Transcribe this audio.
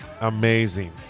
Amazing